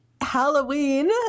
halloween